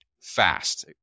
fast